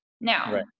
Now